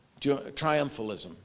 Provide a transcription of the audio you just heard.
Triumphalism